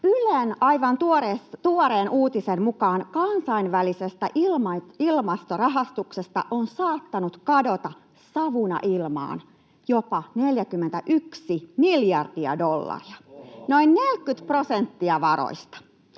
Ylen aivan tuoreen uutisen mukaan kansainvälisestä ilmastorahastuksesta on saattanut kadota savuna ilmaan jopa 41 miljardia dollaria, noin 40 prosenttia varoista.